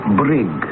brig